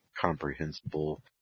comprehensible